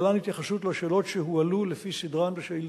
להלן התייחסות לשאלות שהועלו לפי סדרן בשאילתא: